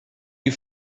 you